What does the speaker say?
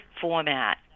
format